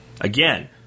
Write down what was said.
Again